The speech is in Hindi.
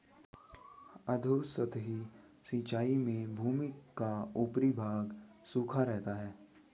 अधोसतही सिंचाई में भूमि का ऊपरी भाग सूखा रहता है